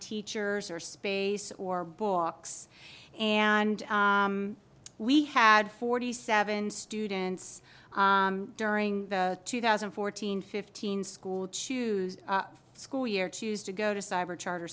teachers or space or books and we had forty seven students during the two thousand and fourteen fifteen school choose the school year choose to go to cyber charter